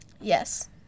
Yes